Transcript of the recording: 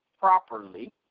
properly